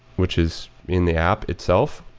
which is in the app itself,